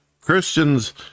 Christians